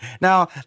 Now